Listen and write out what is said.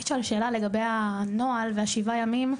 יש לי שאלה לגבי הנוהל ושבעת הימים.